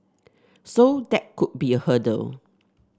so that could be a hurdle